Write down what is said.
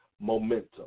momentum